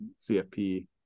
CFP